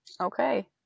Okay